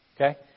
Okay